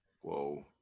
Whoa